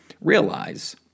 realize